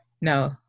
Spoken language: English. No